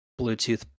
Bluetooth